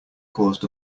caused